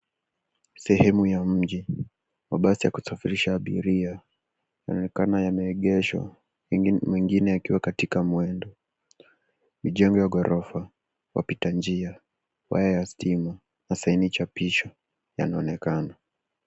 Sehemu ya mji. Mabasi yakusafirisha abiria yanaonekana yameegeshwa. Mengine yakiwa katika mwendo. Mijengo ya ghorofa, wapitanjia, waya ya stima na senii chapisho yanaonekana.